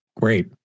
Great